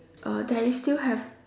uh there is still have